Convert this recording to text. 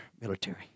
military